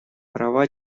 права